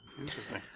Interesting